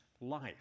life